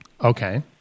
Okay